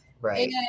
Right